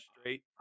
straight